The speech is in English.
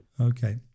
Okay